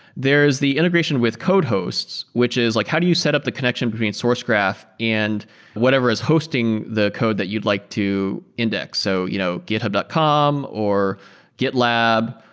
there is the integration with code hosts, which is like how do you set up the connection between sourcegraph and whatever is hosting the code that you'd like to index? so you know github dot com, or gitlab,